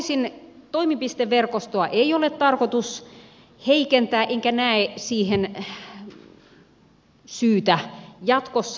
poliisin toimipisteverkostoa ei ole tarkoitus heikentää enkä näe siihen syytä jatkossakaan